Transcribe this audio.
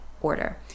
order